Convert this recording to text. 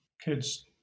kids